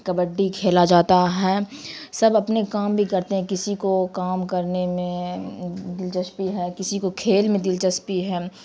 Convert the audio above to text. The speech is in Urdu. کبڈی کھیلا جاتا ہے سب اپنے کام بھی کرتے ہیں کسی کو کام کرنے میں دلچسپی ہے کسی کو کھیل میں دلچسپی ہے